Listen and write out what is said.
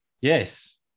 Yes